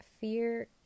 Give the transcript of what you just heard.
Fear